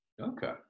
Okay